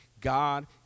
God